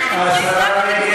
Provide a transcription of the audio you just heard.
השרה רגב,